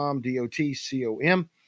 d-o-t-c-o-m